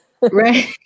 right